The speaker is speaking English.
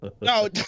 No